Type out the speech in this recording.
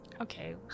Okay